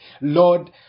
Lord